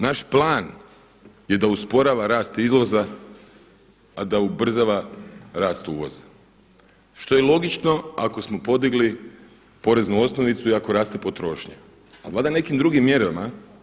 Naš plan je da usporava rast izvoza, a da ubrzava rast uvoza što je logično ako smo podigli poreznu osnovicu i ako raste potrošnja, a valjda nekim drugim mjerama.